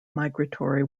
migratory